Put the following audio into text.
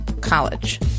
college